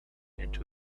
into